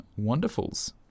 Wonderfuls